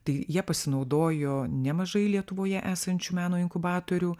tai ja pasinaudojo nemažai lietuvoje esančių meno inkubatorių